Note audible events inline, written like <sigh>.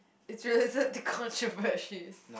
it's <laughs> related to controversies